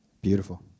Beautiful